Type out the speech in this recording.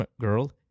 girl